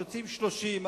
שיוצאים 30,